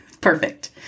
Perfect